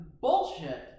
Bullshit